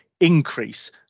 increase